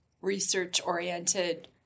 research-oriented